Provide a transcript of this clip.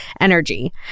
energy